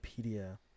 Wikipedia